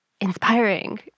inspiring